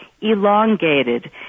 elongated